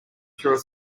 through